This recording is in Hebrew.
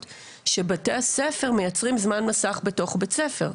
והיא שבתי הספר מייצרים זמן מסך בתוך בית ספר.